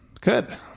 Good